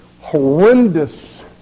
horrendous